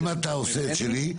אם אתה עושה את שלי,